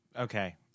Okay